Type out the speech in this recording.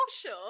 Sure